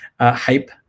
hype